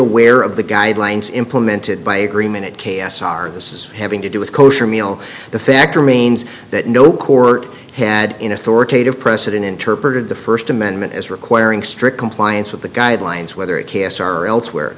aware of the guidelines implemented by agreement it k s r this is having to do with kosher meal the fact remains that no court had in authoritative precedent interpreted the first amendment as requiring strict compliance with the guidelines whether it cancer or elsewhere